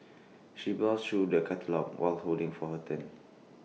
she browsed through the catalogues while holding for her turn